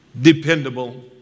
dependable